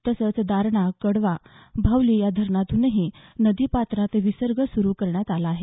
तसंच दारणा कडवा भावली या धरणांतूनही नदीपात्रात विसर्ग सुरू करण्यात आला आहे